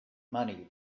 money